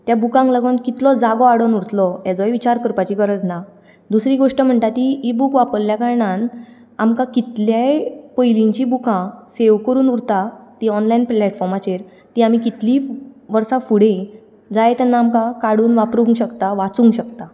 त्या बुकांक लागून कितलो जागो आडावन उरतलो हेजोय विचार करपाची गरज ना दुसरी गोष्ट म्हणटा ती इ बूक वापरल्या कारणान आमकां कितलेय पयलींचीं बुकां सेव्ह करून उरतां तीं ऑनलायन प्लेटफोर्माचेर तीं आमी कितलींय वर्सां फुडें जाय तेन्ना आमकां काडून वापरूंक शकता वाचूंक शकता